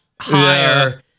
higher